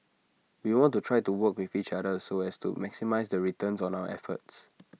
we want to try to work with each other so as to maximise the returns on our efforts